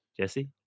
Jesse